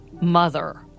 mother